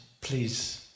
please